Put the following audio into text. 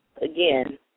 again